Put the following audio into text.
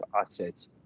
assets